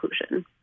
inclusion